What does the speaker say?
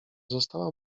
została